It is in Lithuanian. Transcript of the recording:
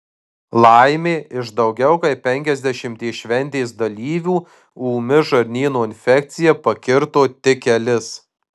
laimė iš daugiau kaip penkiasdešimties šventės dalyvių ūmi žarnyno infekcija pakirto tik kelis